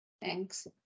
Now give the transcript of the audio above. Thanks